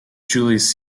julius